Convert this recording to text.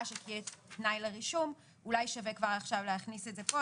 שתהיה תנאי לרישום אולי שווה כבר עכשיו להכניס את זה פה,